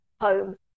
home